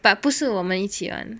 but 不是我们一起玩